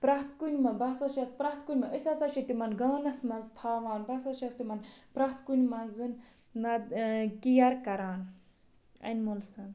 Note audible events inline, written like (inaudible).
پرٛیٚتھ کُنہِ منٛز بہٕ ہسا چھیٚس پرٛیٚتھ کُنہِ منٛز أسۍ ہسا چھِ تِمن گانَس منٛز تھاوان بہٕ ہسا چھیٚس تِمن پرٛیٚتھ کُنہِ منٛز (unintelligible) ٲں کیَر کران اَنمٕلزَن